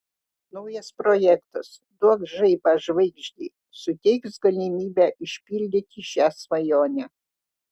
naujas projektas duok žaibą žvaigždei suteiks galimybę išpildyti šią svajonę